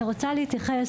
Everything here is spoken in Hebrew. מירי כהן,